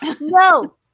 No